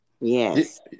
Yes